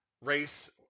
race